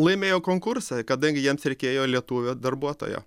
laimėjau konkursą kadangi jiems reikėjo lietuvio darbuotojo